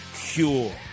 cure